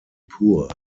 poor